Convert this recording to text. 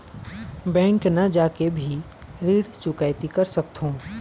Bank न जाके भी ऋण चुकैती कर सकथों?